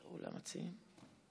בבקשה.